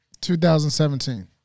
2017